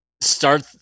start